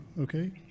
Okay